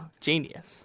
Genius